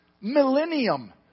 millennium